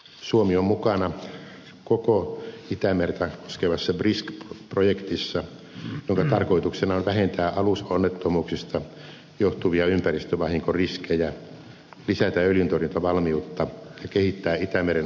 suomi on mukana koko itämerta koskevassa brisk projektissa jonka tarkoituksena on vähentää alusonnettomuuksista johtuvia ympäristövahinkoriskejä lisätä öljyntorjuntavalmiutta ja kehittää itämeren alueellista yhteistyötä